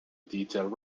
detailed